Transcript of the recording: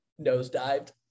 nosedived